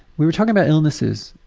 we were talking about illnesses,